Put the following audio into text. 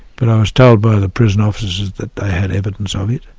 but i was told by the prison officers that they had evidence of it.